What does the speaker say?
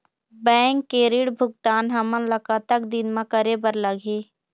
Bank के ऋण भुगतान हमन ला कतक दिन म करे बर लगही?